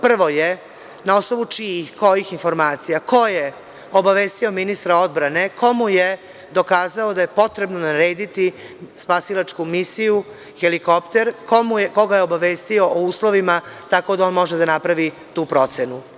Prvo je, na osnovu čijih, kojih informacija, ko je obavestio ministra odbrane, ko mu je dokazao da mu je potrebno narediti spasilačku misiju helikopter, ko ga je obavestio o uslovima tako da on može da napravi tu procenu?